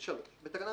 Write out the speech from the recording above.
לתקנות